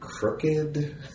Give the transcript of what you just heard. crooked